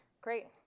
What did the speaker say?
Great